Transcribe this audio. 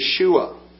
Yeshua